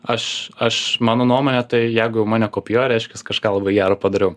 aš aš mano nuomone tai jeigu jau mane kopijuoja reiškias kažką labai gero padariau